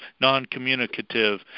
non-communicative